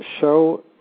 show